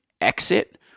exit